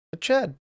Chad